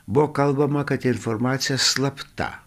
buvo kalbama kad informacija slapta